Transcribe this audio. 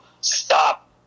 stop